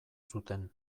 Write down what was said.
zuten